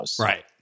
Right